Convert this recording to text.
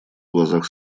глазах